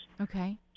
Okay